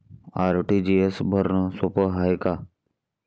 RTGS भरनं सोप हाय का?